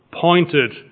pointed